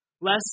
Less